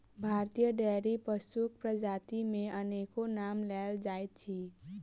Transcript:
भारतीय डेयरी पशुक प्रजाति मे अनेको नाम लेल जाइत अछि